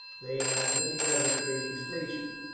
they have many other trading stations.